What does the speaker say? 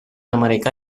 americà